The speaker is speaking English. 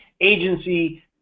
agency